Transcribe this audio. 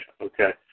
Okay